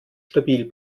stabil